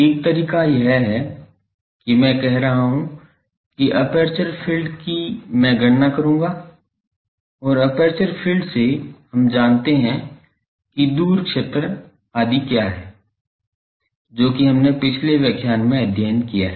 एक तरीका यह है कि मैं कह रहा हूं कि एपर्चर फ़ील्ड की मैं गणना करूंगा और एपर्चर फ़ील्ड से हम जानते हैं कि दूर क्षेत्र आदि क्या है जो कि हमने पिछले व्याख्यान में अध्ययन किया है